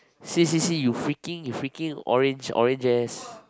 see see see you freaking you freaking orange orange ass